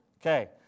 Okay